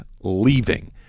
leaving